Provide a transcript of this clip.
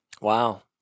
Wow